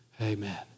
Amen